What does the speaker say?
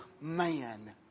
man